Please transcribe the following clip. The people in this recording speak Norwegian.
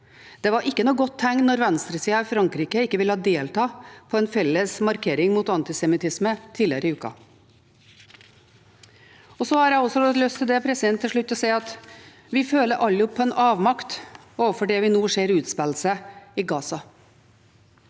Det var ikke noe godt tegn da venstresiden i Frankrike ikke ville delta på en felles markering mot antisemittisme tidligere i uken. Og så har jeg helt til slutt lyst til å si at vi føler alle på en avmakt overfor det vi nå ser utspille seg i Gaza.